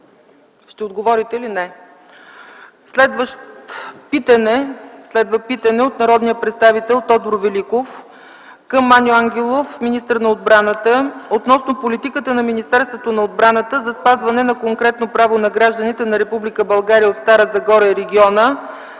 Ще отговорите ли? – Не. Следва питане от народния представител Тодор Великов към Аню Ангелов, министър на отбраната, относно политиката на Министерството на отбраната за спазване на конкретно право на гражданите на Република България от Стара Загора и региона